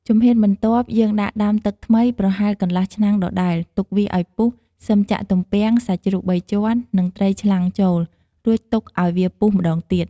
ជំហានបន្ទាប់ យើងដាក់ដាំទឹកថ្មីប្រហែលកន្លះឆ្នាំងដដែល ទុកវាឱ្យពុះ សិមចាក់ទំពាំង សាច់ជ្រូកបីជាន់ និងត្រីឆ្លាំងចូល រួចទុកឱ្យវាពុះម្ដងទៀត។